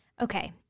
Okay